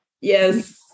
Yes